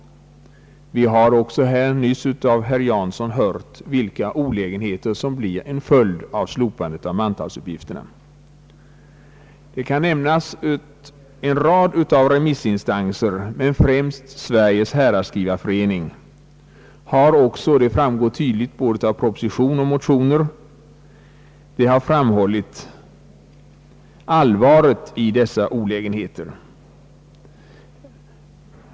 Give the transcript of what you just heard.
Vi har också nyss av herr Erik Jansson hört vilka olägenheter som blir en följd av slopandet av mantalsuppgifterna. En rad remissinstanser — främst Sveriges häradsskrivarförening — har också, vilket tydligt framgår av både proposition och motioner, framhållit allvaret i dessa olägenheter.